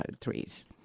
trees